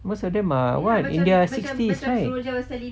most of them are in their sixties right